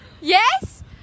Yes